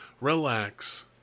relax